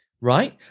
right